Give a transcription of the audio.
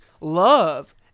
love